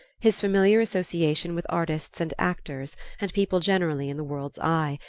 his familiar association with artists and actors and people generally in the world's eye,